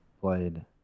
played